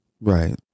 Right